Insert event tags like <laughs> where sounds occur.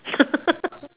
<laughs>